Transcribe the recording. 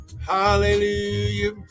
Hallelujah